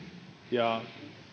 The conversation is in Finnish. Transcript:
ja